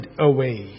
away